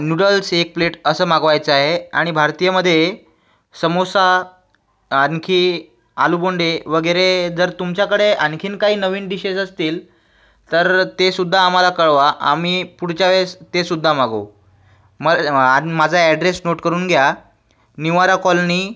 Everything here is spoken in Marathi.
नूडल्स एक प्लेट असं मागवायचं आहे आणि भारतीयमध्ये समोसा आणखी आलुबोंडे वगैरे जर तुमच्याकडे आणखीन काही नवीन डीशेस असतील तर ते सुद्धा आम्हाला कळवा आम्ही पुढच्यावेळेस ते सुद्धा मागवू मग आणि माझा ॲड्रेस नोट करून घ्या निवारा कॉलनी